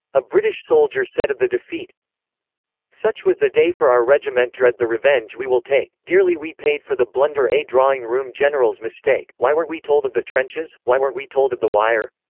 a british soldier said of the defeat such was the day for our regimentdread the revenge we will take dearly we paid for the blunder a drawing-room general's mistake why weren't we told of the trenches why weren't we told of the wire?